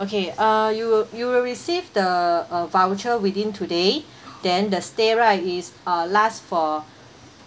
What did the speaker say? okay uh you will you will receive the uh voucher within today then the stay right is uh last for